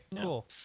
cool